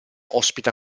ospita